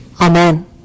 Amen